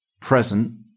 present